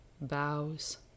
bows